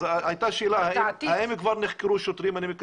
אז הייתה שאלה האם נחקרו שוטרים.